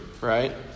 right